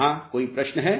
यहाँ कोई प्रश्न है